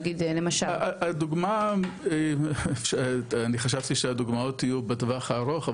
נגיד למשל -- הדוגמאות אני חשבתי שהדוגמאות יהיו בטווח הארוך,